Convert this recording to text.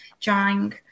drawing